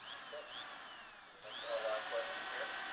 okay the next online question here